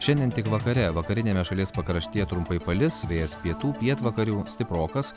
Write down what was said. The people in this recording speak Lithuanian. šiandien tik vakare vakariniame šalies pakraštyje trumpai palis vėjas pietų pietvakarių stiprokas